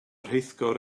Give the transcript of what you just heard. rheithgor